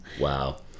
Wow